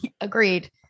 Agreed